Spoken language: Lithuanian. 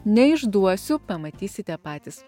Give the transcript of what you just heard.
neišduosiu pamatysite patys